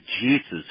Jesus